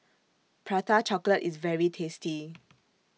Prata Chocolate IS very tasty